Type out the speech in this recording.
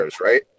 right